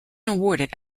awarded